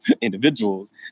individuals